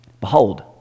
Behold